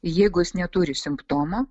jeigu jis neturi simptomų